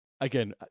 again